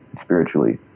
spiritually